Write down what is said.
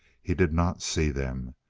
he did not see them.